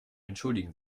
entschuldigen